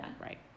right